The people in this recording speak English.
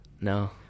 No